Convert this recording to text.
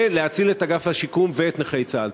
ולהציל את אגף השיקום ואת נכי צה"ל.